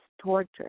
torture